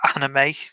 anime